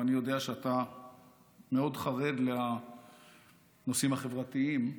ואני יודע שאתה מאוד חרד לנושאים החברתיים,